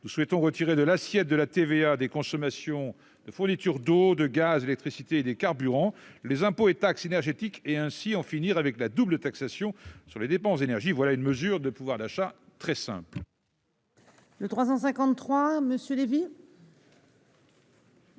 ils souhaitent retirer de l'assiette de la TVA des consommations de la fourniture d'eau, de gaz, d'électricité et des carburants les impôts et taxes énergétiques, et ainsi en finir avec la double taxation sur les dépenses d'énergie. Voilà une mesure très simple en faveur